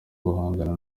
guhangana